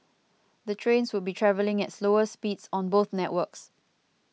the trains would be travelling at slower speeds on both networks